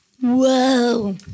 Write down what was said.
Whoa